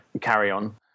carry-on